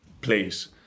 place